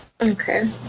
Okay